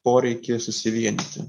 poreikį susivienyti